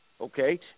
okay